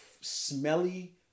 smelly